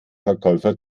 verkäufer